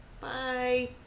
Bye